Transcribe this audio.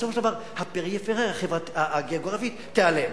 בסופו של דבר הפריפריה הגיאוגרפית תיעלם.